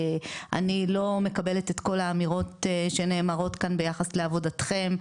אני לא מקבלת את כל האמירות שנאמרות כאן ביחס לעבודתם,